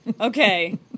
Okay